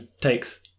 takes